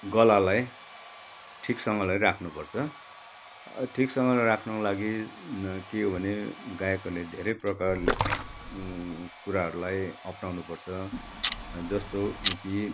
गलालाई ठिकसँगले राख्नुपर्छ ठिकसँगले राख्नुको लागि के हो भने गायकहरूले धेरै प्रकार कुराहरूलाई अप्नाउनु पर्छ जस्तो कि